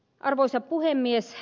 arvoisa puhemies